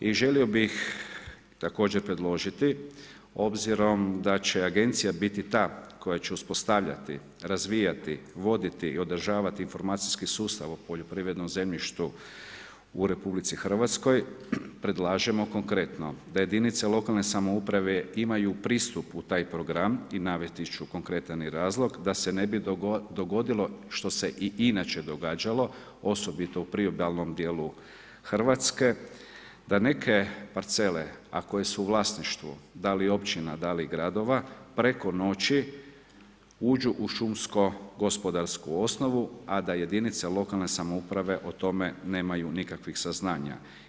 I želio bih također predložiti obzirom da će agencija biti ta koja će uspostavljati, razvijati, voditi i održavati informacijski sustav u poljoprivrednom zemljištu u RH, predlažemo konkretno da jedinice lokalne samouprave imaju pristup u taj program i navesti ću konkretan i razlog da se ne bi dogodilo što se i inače događalo, osobito u priobalnom dijelu Hrvatske, da neke parcele, a koje su u vlasništvu da li općina, da li gradova preko noći uđu u šumsko-gospodarsku osnovu, da jedinice lokalne samouprave o tome nemaju nikakvog saznanja.